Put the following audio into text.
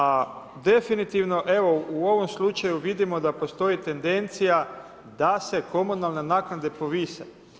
A definitivno evo u ovom slučaju vidimo da postoji tendencija da se komunalne naknade povise.